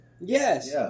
Yes